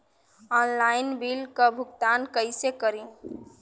Online bill क भुगतान कईसे करी?